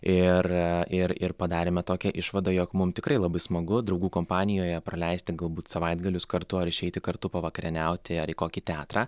ir ir ir padarėme tokią išvadą jog mums tikrai labai smagu draugų kompanijoje praleisti galbūt savaitgalius kartu ar išeiti kartu pavakarieniauti ar į kokį teatrą